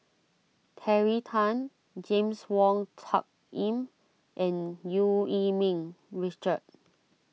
Terry Tan James Wong Tuck Yim and Eu Yee Ming Richard